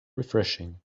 refreshing